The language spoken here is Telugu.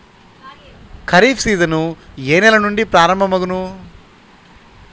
ఖరీఫ్ సీజన్ ఏ నెల నుండి ప్రారంభం అగును?